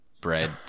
bread